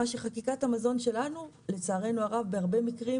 מה שחקיקת המזון שלנו לצערנו הרב בהרבה מקרים